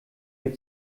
mir